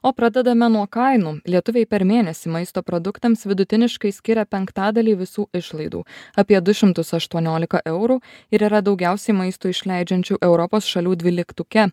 o pradedame nuo kainų lietuviai per mėnesį maisto produktams vidutiniškai skiria penktadalį visų išlaidų apie du šimtus aštuoniolika eurų ir yra daugiausiai maistui išleidžiančių europos šalių dvyliktuke